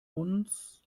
uns